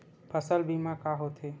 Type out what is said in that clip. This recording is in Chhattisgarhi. फसल बीमा का होथे?